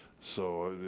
so,